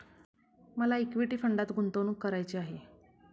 मला इक्विटी फंडात गुंतवणूक करायची आहे